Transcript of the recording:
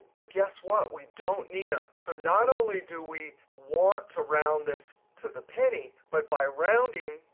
but guess what, we don't need them. so not only do we want to round this to the penny. but by rounding,